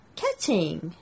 catching